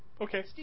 okay